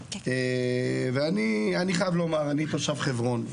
אני חייב לומר אני תושב חברון,